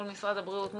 משרד הבריאות,